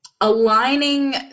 aligning